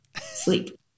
sleep